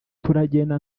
turagenda